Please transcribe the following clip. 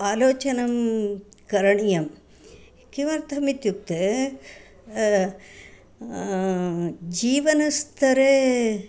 आलोचनं करणीयं किमर्थम् इत्युक्ते जीवनस्तरे